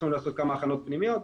עוד צריכים לעשות כמה הכנות פנימיות,